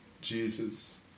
Jesus